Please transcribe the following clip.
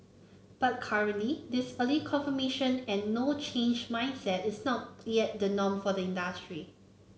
but currently this early confirmation and no change mindset is not yet the norm for the industry